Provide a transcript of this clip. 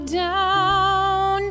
down